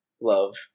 love